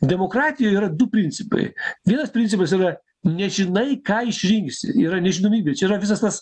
demokratijoj yra du principai vienas principas yra nežinai ką išrinksi yra nežinomybė čia yra visas tas